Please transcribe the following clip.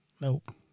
Nope